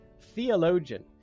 theologian